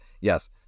Yes